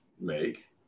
make